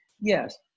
Yes